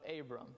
Abram